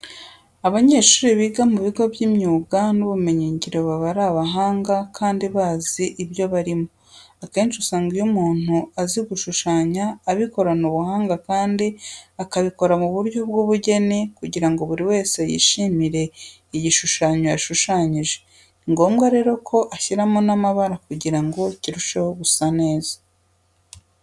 Abanyeshuri biga mu bigo by'imyuga n'ubumenyingiro baba ari abahanga kandi bazi ibyo barimo. Akenshi usanga iyo umuntu azi gushushanya abikorana ubuhanga kandi akabikora mu buryo bw'ubugeni kugira ngo buri wese yishimire igishushanyo yashushanyije. Ni ngombwa rero ko ashyiramo n'amabara kugira ngo kirusheho gusa neza.